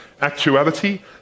Actuality